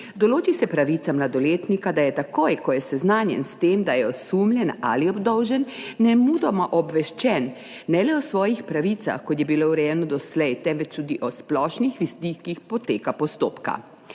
Določi se pravica mladoletnika, da je, takoj ko je seznanjen s tem, da je osumljen ali obdolžen, nemudoma obveščen ne le o svojih pravicah, kot je bilo urejeno doslej, temveč tudi o splošnih vidikih poteka postopka.